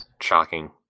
shocking